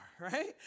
right